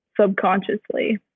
subconsciously